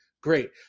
Great